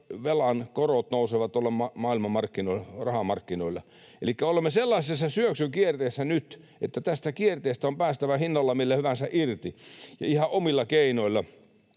velan korot nousevat tuolla maailmanmarkkinoilla, rahamarkkinoilla. Elikkä olemme sellaisessa syöksykierteessä nyt, että tästä kierteestä on päästävä hinnalla millä hyvänsä irti ja ihan omilla keinoilla.